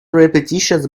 repetitious